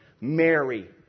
Mary